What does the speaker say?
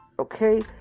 okay